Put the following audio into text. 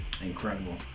incredible